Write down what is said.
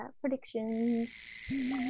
predictions